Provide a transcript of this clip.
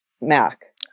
mac